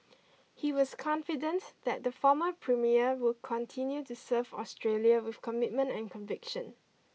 he was confident that the former premier will continue to serve Australia with commitment and conviction